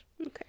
Okay